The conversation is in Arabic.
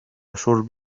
شرب